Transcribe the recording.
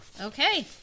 Okay